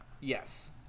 Yes